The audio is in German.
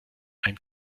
ein